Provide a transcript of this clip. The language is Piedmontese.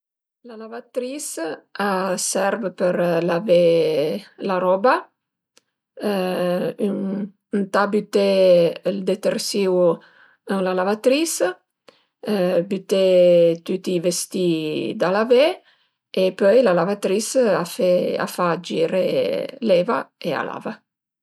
La lavatris a serv per lavé la roba ëntà büté ël dtersìu ën la lavatris, büté tüti i vestì da lavé e pöi la lavatris a fe a fa giré l'eva e a lava